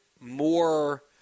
more –